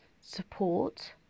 support